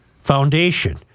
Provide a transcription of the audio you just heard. foundation